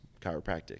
chiropractic